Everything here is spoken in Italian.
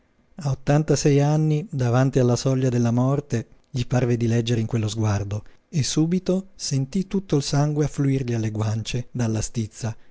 a ottantasei anni davanti alla soglia della morte gli parve di leggere in quello sguardo e subito sentí tutto il sangue affluirgli alle guance dalla stizza